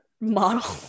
model